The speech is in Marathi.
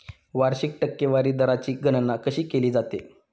वार्षिक टक्केवारी दराची गणना कशी केली जाते?